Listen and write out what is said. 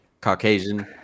Caucasian